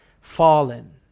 fallen